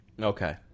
Okay